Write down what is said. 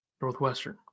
Northwestern